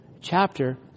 chapter